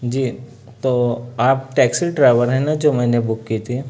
جی تو آپ taxi driver ہیں نہ جو میں نے بک کی تھی